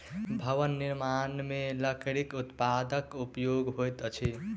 भवन निर्माण मे लकड़ीक उत्पादक उपयोग होइत अछि